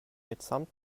mitsamt